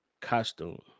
costume